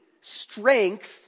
strength